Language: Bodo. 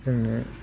जोंनो